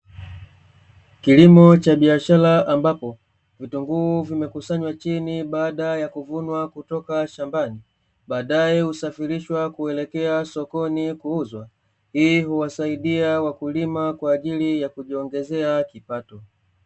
Kilimo cha biashara ambapo, vitungu vimekusanywa chini baada ya kutoka shambani, baadae husafirishwa kwenda sokoni ili kuuzwa, hii huwasaidia wakulima ili kuweza kupata kipato.